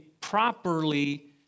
properly